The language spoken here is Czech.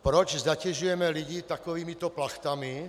Proč zatěžujeme lidi takovýmito plachtami?